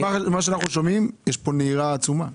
לפי מה שאנחנו שומעים, יש כאן נהירה עצומה.